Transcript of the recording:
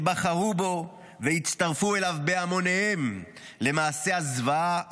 שבחרו בו והצטרפו אליו בהמוניהם למעשי הזוועה,